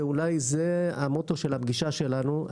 ואולי זה המוטו של הפגישה שלנו,